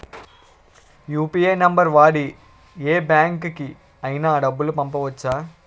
UPI number వాడి యే బ్యాంకుకి అయినా డబ్బులు పంపవచ్చ్చా?